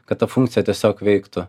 kad ta funkcija tiesiog veiktų